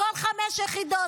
הכול 5 יחידות,